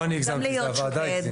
גם להיות שופט,